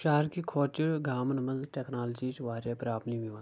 شہرکہِ کھۄتہٕ چھ گامن منٛز ٹیکنالوجی ہٕچ واریاہ پرٛبلم یِوان